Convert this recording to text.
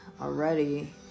already